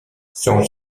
son